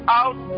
out